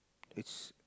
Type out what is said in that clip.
it's